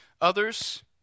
others